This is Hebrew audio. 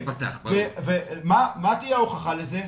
מה תהיה ההוכחה לזה?